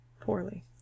Poorly